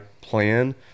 plan